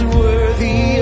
worthy